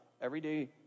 everyday